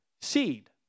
seed